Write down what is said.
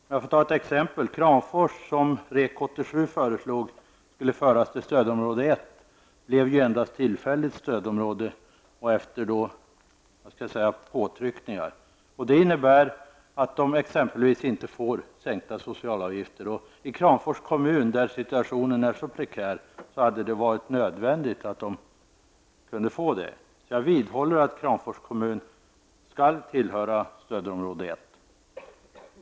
Låt mig ta ett exempel. Kramfors, som Rek 87 föreslog skulle föras till stödområde 1, blev endast tillfälligt stödområde, och detta skedde efter påtryckningar. Det innebär att kommunen exempelvis inte får sänkta socialavgifter. Detta hade varit nödvändigt i Kramfors kommun, där situationen är så prekär. Jag vidhåller att Kramfors kommun skall tillhöra stödområde 1.